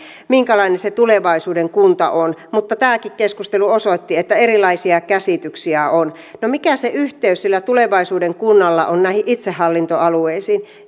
minkälainen se tulevaisuuden kunta on mutta tämäkin keskustelu osoitti että erilaisia käsityksiä on mikä se yhteys sillä tulevaisuuden kunnalla on näihin itsehallintoalueisiin